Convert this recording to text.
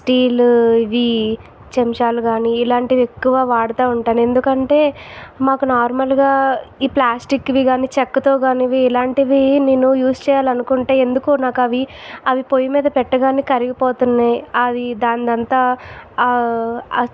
steel ఇవి చెంచాలు కానీ ఇలాంటివి ఎక్కువ వాడుతా ఉంటాను ఎందుకంటే మాకు నార్మల్గా ఈ ప్లాస్టిక్వి కానీ చెక్కతో కానీవి ఇలాంటివి నేను యూజ్ చేయాలని అనుకుంటే ఎందుకో నాకు అవి అవి పొయ్యి మీద పెట్టగానే కరిగి పోతున్నాయి అవి దానిది అంతా ఆ